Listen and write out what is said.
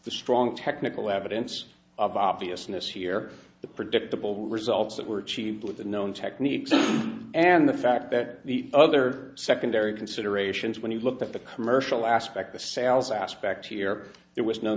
the strong technical evidence of obviousness here the predictable results that were cheaper with a known technique and the fact that the other secondary considerations when you looked at the commercial aspect of sales aspect here it was no